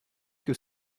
que